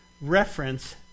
reference